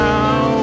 Now